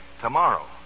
tomorrow